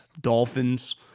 Dolphins